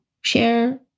share